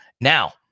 Now